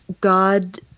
God